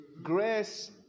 Grace